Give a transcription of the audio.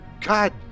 god